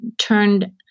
turned